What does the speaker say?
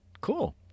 cool